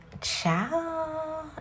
ciao